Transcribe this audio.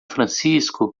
francisco